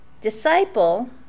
Disciple